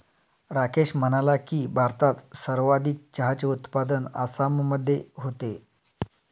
राकेश म्हणाला की, भारतात सर्वाधिक चहाचे उत्पादन आसाममध्ये होते